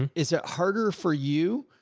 and is that harder for you?